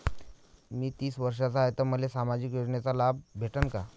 मी तीस वर्षाचा हाय तर मले सामाजिक योजनेचा लाभ भेटन का?